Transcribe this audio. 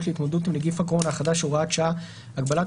להתמודדות עם נגיף הקורונה החדש (הוראת שעה) (הגבלת